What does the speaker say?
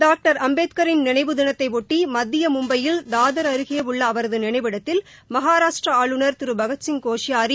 doctor அம்பேத்கரின் நினைவு தினத்தையொட்டி மத்திய மும்பையில் தாதர் அருகே உள்ள அவரது நினைவிடத்தில் மகாராஷ்டிரா ஆளுநர் திரு பகத்சிங் கோஷ்பாரி